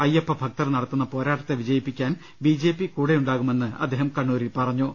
അയ്യപ്പ ഭക്തർ നടത്തുന്ന പോരാട്ടത്തെ വിജയിപ്പിക്കാൻ ബി ജെ പി കൂടെയുണ്ടാകുമെന്ന് അദ്ദേഹം കണ്ണൂരിൽ പറഞ്ഞു